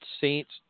Saints